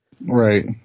right